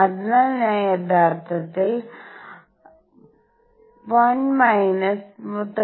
അതിനാൽ ഞാൻ യഥാർത്ഥത്തിൽ I 13